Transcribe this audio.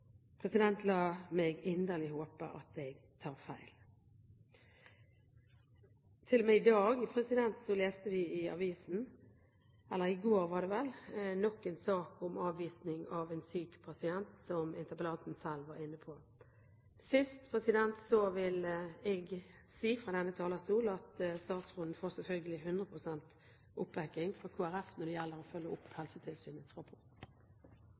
La meg inderlig håpe at jeg tar feil. Til og med i dag leste vi i avisen – eller i går var det vel – nok en sak om avvisning av en syk pasient – noe som interpellanten selv var inne på. Til sist vil jeg si fra denne talerstol at statsråden selvfølgelig får 100 pst. oppbakking fra Kristelig Folkeparti når det gjelder å følge opp Helsetilsynets rapport.